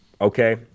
okay